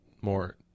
more